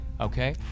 Okay